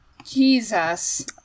jesus